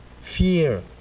fear